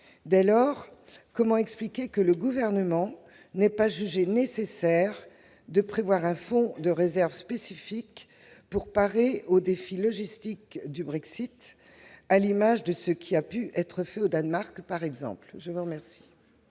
Dès lors, comment expliquer que le Gouvernement n'ait pas jugé nécessaire de prévoir un fonds de réserve spécifique pour parer au défi logistique du Brexit, à l'image de ce qui a pu être fait au Danemark, par exemple ? L'amendement